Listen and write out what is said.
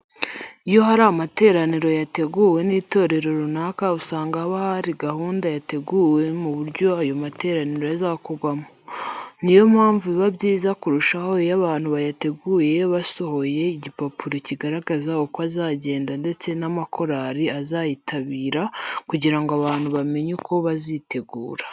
Iyo hari amateraniro yateguwe n'itorero runaka usanga haba hari gahunda yateguwe y'uburyo ayo materaniro azakorwamo. Ni yo mpamvu biba byiza kurushaho iyo abantu bayateguye basohoye igipapuro kigaragaza uko azagenda ndetse n'amakorari azayitabira kugira ngo abantu bamenye uko bazitegura.